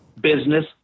business